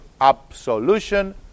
absolution